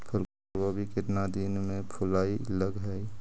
फुलगोभी केतना दिन में फुलाइ लग है?